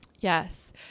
Yes